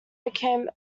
became